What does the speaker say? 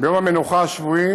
ביום המנוחה השבועי